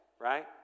right